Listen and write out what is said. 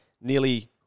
nearly